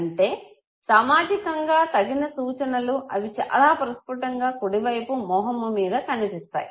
అంటే సామాజికంగా తగిన సూచనలు అవి చాలా ప్రస్ఫుటంగా కుడి వైపు మోహము మీద కనిపిస్తాయి